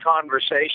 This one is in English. conversation